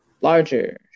larger